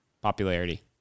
popularity